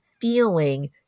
feeling